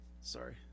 Sorry